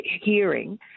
hearing